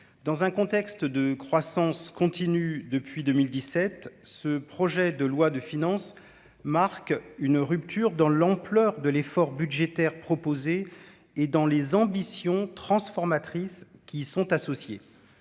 dans un contexte de croissance continue depuis 2017, ce projet de loi de finances, marque une rupture dans l'ampleur de l'effort budgétaire proposée et dans les ambitions transformatrices qui sont associés,